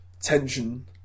tension